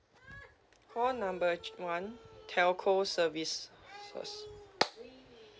call number one telco services